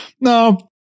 No